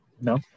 No